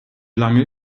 lange